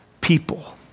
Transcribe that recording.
people